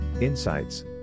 Insights